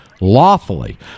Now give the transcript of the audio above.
lawfully